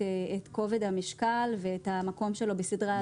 כובד המשקל ואת המקום שלו בסדרי העדיפות.